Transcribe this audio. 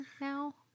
now